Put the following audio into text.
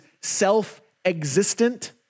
self-existent